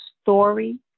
story